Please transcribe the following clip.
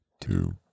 two